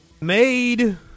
made